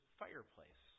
fireplace